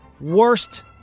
worst